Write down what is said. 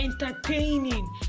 entertaining